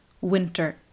Winter